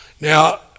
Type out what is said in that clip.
Now